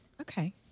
Okay